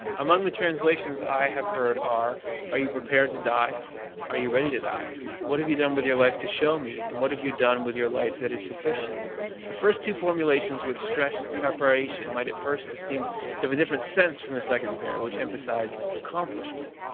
among the translations i have heard are are you prepared to die um are you ready to die what have you done with your life to show me and what have you done with your life that is sufficient the first two formulations which stress preparation, might at first seem to have a different sense from the second pair, which emphasize accomplishment.